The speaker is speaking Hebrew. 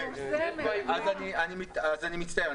אז אני מצטער.